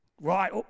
Right